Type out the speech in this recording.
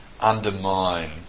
undermine